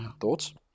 Thoughts